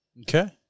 Okay